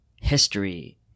history